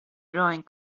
joint